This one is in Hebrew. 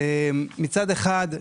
מצד אחד,